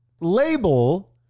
label